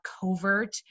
covert